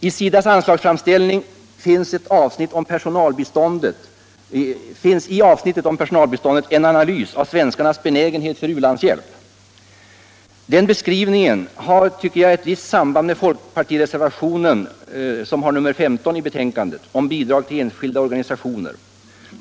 I SIDA:s anslagsframställning finns i avsnittet om personalbiståndet en analys av svenskarnas benägenhet för u-landstjänst. Den beskrivningen har eu direkt samband med folkpartireservationen 15 i betänkandet, om bidrag tull enskilda organisationer.